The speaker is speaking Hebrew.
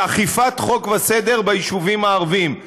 באכיפת חוק וסדר ביישובים הערביים,